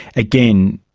again,